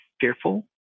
fearful